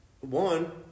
one